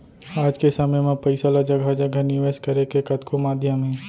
आज के समे म पइसा ल जघा जघा निवेस करे के कतको माध्यम हे